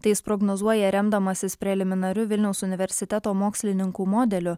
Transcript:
tai jis prognozuoja remdamasis preliminariu vilniaus universiteto mokslininkų modeliu